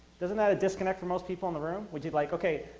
doesn't that a disconnect for most people in the room? would you like, okay,